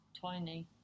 Tiny